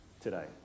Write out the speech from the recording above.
today